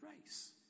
race